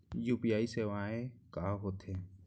UPI सेवाएं का होथे?